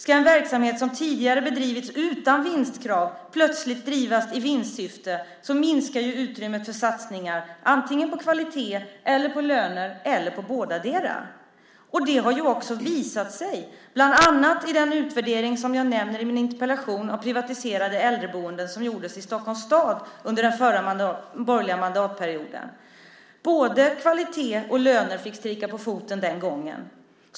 Ska en verksamhet som tidigare bedrivits utan vinstkrav plötsligt drivas i vinstsyfte minskar utrymmet för satsningar antingen på kvalitet eller på löner eller på bådadera. Det har också visat sig, bland annat i den utvärdering av privatiserade äldreboenden som jag nämner i min interpellation och som gjordes i Stockholms stad under den förra borgerliga mandatperioden. Både kvalitet och löner fick stryka på foten den gången.